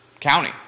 county